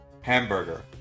Hamburger